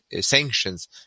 sanctions